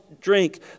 drink